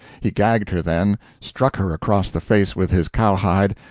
he gagged her then, struck her across the face with his cowhide,